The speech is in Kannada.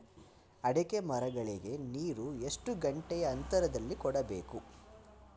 ಅಡಿಕೆ ಮರಗಳಿಗೆ ನೀರು ಎಷ್ಟು ಗಂಟೆಯ ಅಂತರದಲಿ ಕೊಡಬೇಕು?